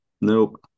nope